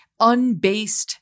unbased